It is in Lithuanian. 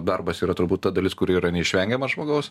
darbas yra turbūt ta dalis kuri yra neišvengiama žmogaus